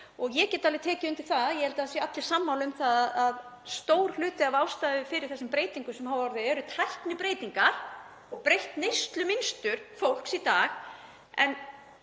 og ég get alveg tekið undir það, ég held að það séu allir sammála um að stór hluti af ástæðunni fyrir þessum breytingum sem hafa orðið séu tæknibreytingar og breytt neyslumynstur fólks í dag. En